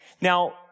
Now